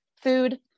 food